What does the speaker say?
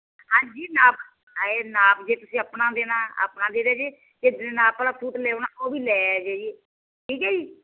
ਹਾਂਜੀ ਤੁਸੀਂ ਨਾਪ ਨਾਪ ਜੇ ਤੁਸੀਂ ਆਪਣਾ ਦੇਣਾ ਆਪਣਾ ਦੇ ਦਿਓ ਜੇ ਨਾਪ ਆਲਾ ਸੂਟ ਲਿਆਣਾ ਤਾਂ ਉਹ ਲੈ ਆਇਓ ਠੀਕ ਹੈ ਜੀ